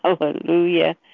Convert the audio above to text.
Hallelujah